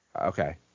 Okay